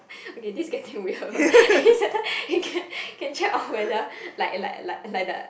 okay this getting weird but can check on whether like like like like the